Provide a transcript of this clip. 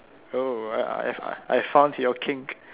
oh I I found your kink